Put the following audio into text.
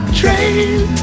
train